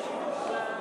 אדוני היושב-ראש,